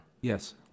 Yes